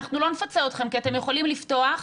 אנחנו לא נפצה אתכם כי אתם יכולים לפתוח,